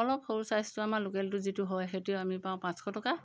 অলপ সৰু ছাইজটো আমাৰ লোকেলটো যিটো হয় সেইটো আমি পাওঁ পাঁচশ টকা